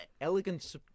elegant